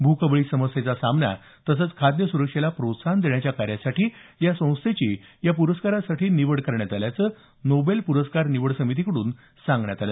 भूकबळी समस्येचा सामना तसंच खाद्य सुरक्षेला प्रोत्साहन देण्याच्या कार्यासाठी या संस्थेची या पुरस्कारासाठी निवड करण्यात आल्याचं नोबेल प्रस्कार निवड समितीकड्रन सांगण्यात आलं